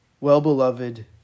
well-beloved